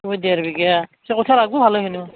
অঁ ডেৰ বিঘা কঠিয়া লাগিব ভালেখিনি